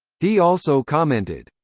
he also commented,